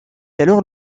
alors